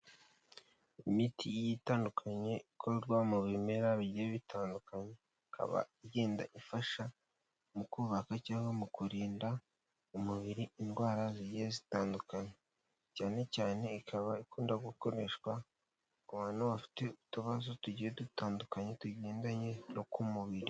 Imiti itandukanye ikorwa mu bimera bigiye bitandukanye, ikaba igenda ifasha mu kubaka cyangwa mu kurinda umubiri indwara zigiye zitandukanye, cyane cyane ikaba ikunda gukoreshwa ku bantu bafite utubazo tugiye dutandukanye tugendanye no ku mubiri.